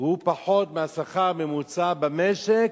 הוא פחות מהשכר הממוצע במשק,